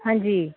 ਹਾਂਜੀ